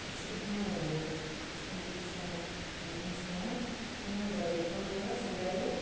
یہِ چھُ ہوٗن لۄٹ یہِ چھُ أمِس چھُ یہِ چھُ وَنان أمِس چھِ وَنان ہوٗن براکھ توٚنٛدوٗرس سُہ دراے